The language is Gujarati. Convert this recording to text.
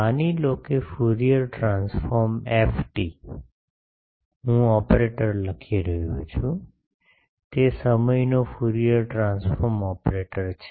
માની લો કે ફ્યુરીઅર ટ્રાંસ્ફોર્મ Ft હું ઓપરેટર લખી રહ્યો છું તે સમયનો ફ્યુરિયર ટ્રાન્સફોર્મ ઓપરેટર છે